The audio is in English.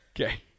Okay